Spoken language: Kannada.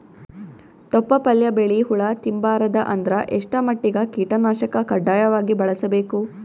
ತೊಪ್ಲ ಪಲ್ಯ ಬೆಳಿ ಹುಳ ತಿಂಬಾರದ ಅಂದ್ರ ಎಷ್ಟ ಮಟ್ಟಿಗ ಕೀಟನಾಶಕ ಕಡ್ಡಾಯವಾಗಿ ಬಳಸಬೇಕು?